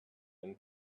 and